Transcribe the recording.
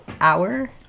Hour